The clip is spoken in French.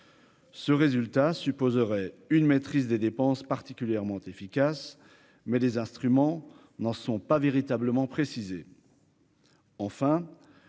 Ce résultat supposerait une maîtrise des dépenses particulièrement efficace mais les instruments n'en sont pas véritablement précisé.